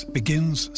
begins